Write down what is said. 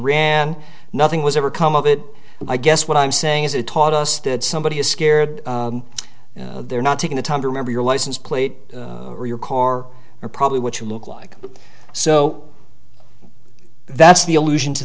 ran nothing was ever come of it i guess what i'm saying is it taught us that somebody is scared they're not taking the time to remember your license plate or your car or probably what you look like so that's the illusion to